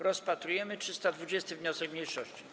Rozpatrujemy 320. wniosek mniejszości.